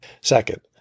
Second